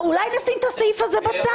אולי כדאי לשים את הסעיף הזה בצד.